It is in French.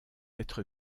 être